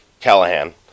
Callahan